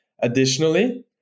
Additionally